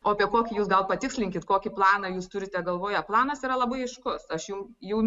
o apie kokį jūs gal patikslinkit kokį planą jūs turite galvoje planas yra labai aiškus aš jum jau